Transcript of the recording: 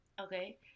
Okay